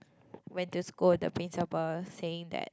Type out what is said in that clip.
went to school the principle saying that